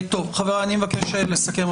חבריי, אני מבקש לסכם.